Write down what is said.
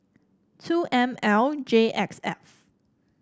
two M L J X F